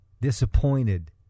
disappointed